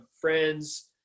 friends